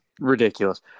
ridiculous